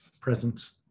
presence